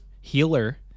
healer